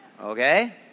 okay